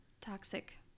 toxic